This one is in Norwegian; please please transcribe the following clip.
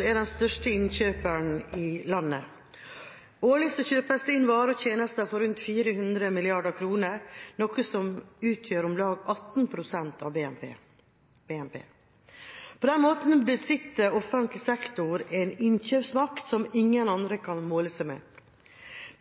den største innkjøperen i landet. Årlig kjøpes det inn varer og tjenester for rundt 400 mrd. kr, noe som utgjør om lag 18 pst. av BNP. På den måten besitter offentlig sektor en innkjøpsmakt som ingen andre kan måle seg med.